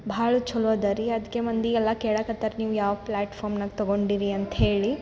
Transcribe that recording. ಭಾಳ ಚಲೋ ಅದ ರೀ ಅದಕ್ಕೆ ಮಂದಿ ಎಲ್ಲಾ ಕೆಳೋಕತ್ತರ ನೀವು ಯಾವ ಪ್ಲಾಟ್ಫಾರ್ಮ್ನಾಗ ತೊಗೊಂಡಿರಿ ಅಂತ ಹೇಳಿ